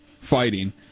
fighting